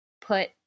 put